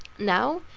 now,